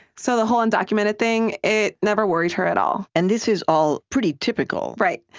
so the whole undocumented thing, it never worried her at all and this is all pretty typical right.